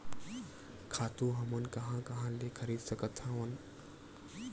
खातु हमन कहां कहा ले खरीद सकत हवन?